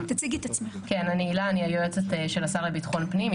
אני היועצת של השר לביטחון פנים.